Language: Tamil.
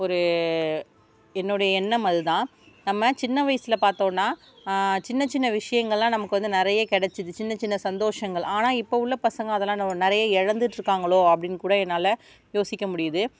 ஒரு என்னுடைய எண்ணம் அது தான் நம்ம சின்ன வயசில் பார்த்தோன்னா சின்ன சின்ன விஷயங்கள்லாம் நமக்கு வந்து நிறைய கிடைச்சிது சின்ன சின்ன சந்தோஷங்கள் ஆனால் இப்போ உள்ள பசங்க அதெல்லாம் நிறைய இழந்துட்டுருக்காங்களோ அப்படின்னு கூட என்னால் யோசிக்க முடியுது